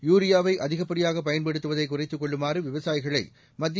யூரியாவை அதிகப்படியாக பயன்படுத்துவதை குறைத்துக் கொள்ளுமாறு விவசாயிகளை மத்திய